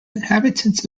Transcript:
inhabitants